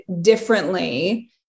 differently